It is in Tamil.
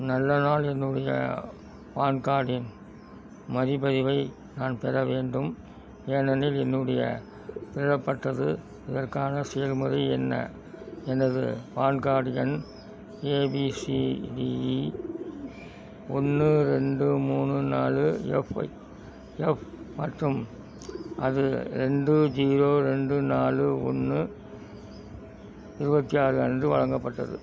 நல்ல நாள் என்னுடைய பான் கார்டின் மறுபதிவை நான் பெற வேண்டும் ஏனெனில் என்னுடையது திருடப்பட்டது இதற்கான செயல்முறை என்ன எனது பான் கார்டு எண் A B C D E ஒன்று ரெண்டு மூணு நாலு எஃப் ஐ எஃப் மற்றும் அது ரெண்டு ஜீரோ ரெண்டு நாலு ஒன்று இருபத்தி ஆறு அன்று வழங்கப்பட்டது